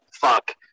Fuck